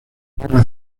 guerra